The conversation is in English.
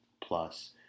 plus